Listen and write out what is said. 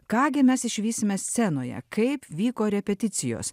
ką gi mes išvysime scenoje kaip vyko repeticijos